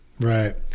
Right